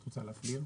את רוצה להסביר?